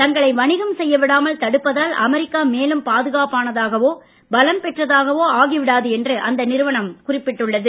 தங்களை வணிகம் செய்யவிடாமல் தடுப்பதால் அமெரிக்கா மேலும் பாதுகாப்பானதாகவோ பலம்பெற்றதாகவோ ஆகிவிடாது என்று அந்த நிறுவனம் குறிப்பிட்டுள்ளது